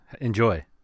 enjoy